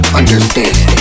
understand